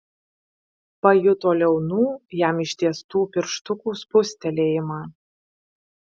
pajuto liaunų jam ištiestų pirštukų spustelėjimą